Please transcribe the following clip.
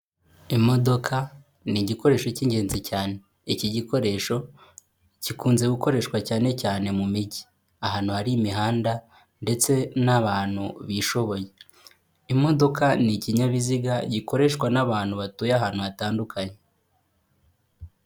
Imodoka ni igikoresho cy'ingenzi cyane. Iki gikoresho gikunze gukoreshwa cyane cyane mu mijyi, ahantu hari imihanda ndetse n'abantu bishoboye. Imodoka ni ikinyabiziga gikoreshwa n'abantu batuye ahantu hatandukanye.